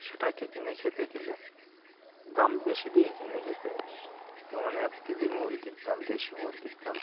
সেটাকে কিনে খেতে গেলে দাম বেশি দিয়ে কিনে খেতে হয় যেমন এক কেজি মুরগির দাম দেশি মুরগির দাম